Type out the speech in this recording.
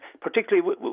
particularly